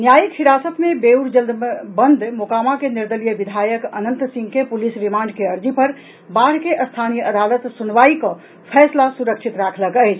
न्यायिक हिरासत मे बेऊर जेल मे बंद मोकामा के निर्दलीय विधायक अनंत सिंह के पुलिस रिमांड के अर्जी पर बाढ़ के स्थानीय अदालत सुनवाई कऽ फैसला सुरक्षित राखलक अछि